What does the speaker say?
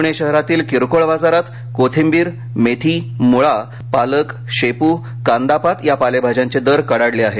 पूणे शहरातील किरकोळ बाजारात कोथिंबीर मेथी मुळा पालक शेपू कांदापात या पालेभाज्यांचे दर कडाडले आहेत